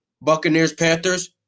Buccaneers-Panthers